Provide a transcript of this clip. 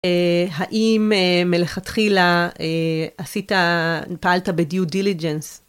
האם מלכתחילה עשית, פעלת בדיודיליגנס?